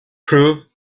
proved